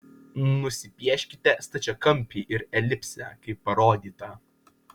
nusipieškite stačiakampį ir elipsę kaip parodyta